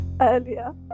earlier